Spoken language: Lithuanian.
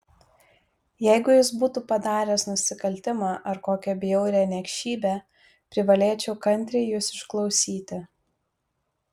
jeigu jis būtų padaręs nusikaltimą ar kokią bjaurią niekšybę privalėčiau kantriai jus išklausyti